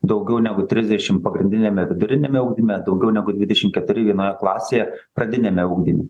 daugiau negu trisdešim pagrindiniame viduriniame ugdyme daugiau negu dvidešim keturi vienoje klasėje pradiniame ugdyme